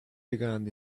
began